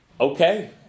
Okay